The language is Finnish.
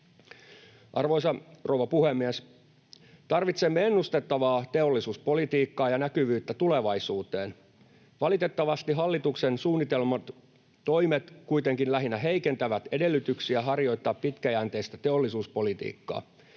Arvoisa rouva puhemies! Tarvitsemme ennustettavaa teollisuuspolitiikkaa ja näkyvyyttä tulevaisuuteen. Valitettavasti hallituksen suunnittelemat toimet kuitenkin lähinnä heikentävät edellytyksiä harjoittaa pitkäjänteistä teollisuuspolitiikkaa.